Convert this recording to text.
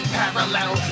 parallel